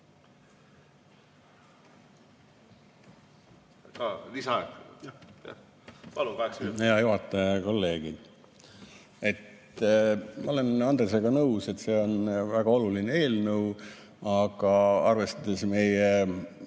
Hea juhataja! Kolleegid! Ma olen Andresega nõus, et see on väga oluline eelnõu, aga arvestades meie